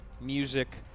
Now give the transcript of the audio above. music